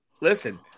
listen